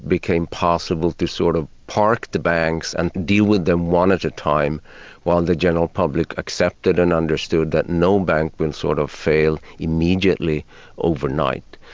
became possible to sort of park the banks and deal with them one at a time while the general public accepted and understood that no bank will sort of fail immediately overnight.